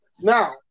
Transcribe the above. Now